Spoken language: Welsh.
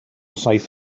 saith